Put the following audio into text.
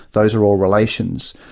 those are all relations.